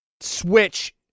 Switch